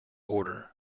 order